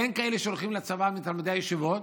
ואין כאלה שהולכים לצבא מתלמידי הישיבות,